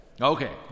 Okay